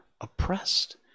Oppressed